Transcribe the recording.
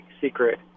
secret